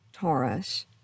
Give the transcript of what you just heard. Taurus